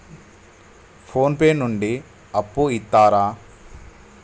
Phone pay నుండి అప్పు ఇత్తరా?